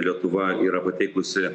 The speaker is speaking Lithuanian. lietuva yra pateikusi